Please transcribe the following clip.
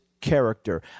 character